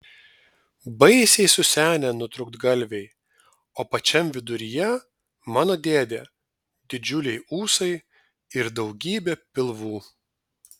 baisiai susenę nutrūktgalviai o pačiam viduryje mano dėdė didžiuliai ūsai ir daugybė pilvų